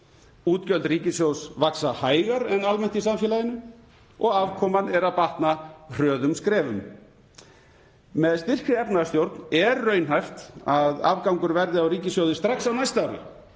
Útgjöld ríkissjóðs vaxa hægar en almennt í samfélaginu og afkoman er að batna hröðum skrefum. Með styrkri efnahagsstjórn er raunhæft að afgangur verði á ríkissjóði strax á næsta